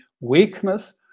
weakness